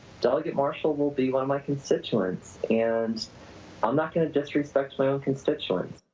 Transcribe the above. delegate marshall will be one of my constituents and i'm not gonna disrespect my own constituents.